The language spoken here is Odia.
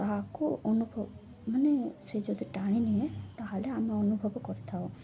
ତାହାକୁ ଅନୁଭବ ମାନେ ସେ ଯଦି ଟାଣି ନିଏ ତାହେଲେ ଆମେ ଅନୁଭବ କରିଥାଉ